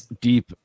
deep